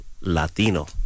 Latino